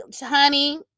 Honey